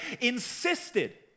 insisted